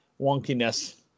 wonkiness